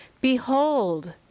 Behold